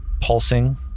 pulsing